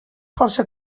força